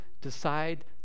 decide